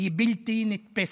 היא בלתי נתפסת.